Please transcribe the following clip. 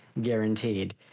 guaranteed